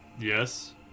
Yes